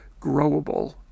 growable